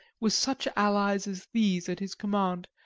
with such allies as these at his command,